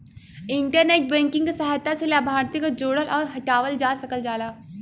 internet banking क सहायता से लाभार्थी क जोड़ल आउर हटावल जा सकल जाला